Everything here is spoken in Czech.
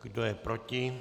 Kdo je proti?